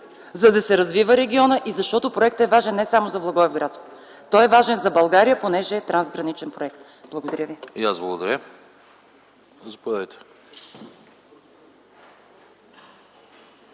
за да се развива регионът и защото проектът е важен не само за Благоевград. Той е важен за България, понеже е трансграничен проект. Благодаря ви. ПРЕДСЕДАТЕЛ